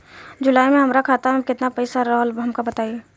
जुलाई में हमरा खाता में केतना पईसा रहल हमका बताई?